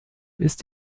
ist